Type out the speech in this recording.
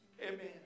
amen